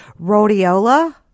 rhodiola